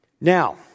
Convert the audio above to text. Now